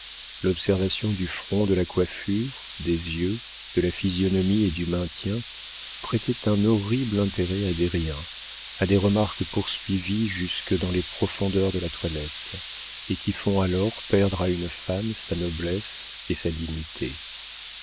l'observation du front de la coiffure des yeux de la physionomie et du maintien prêtait un horrible intérêt à des riens à des remarques poursuivies jusque dans les profondeurs de la toilette et qui font alors perdre à une femme sa noblesse et sa dignité